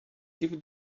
give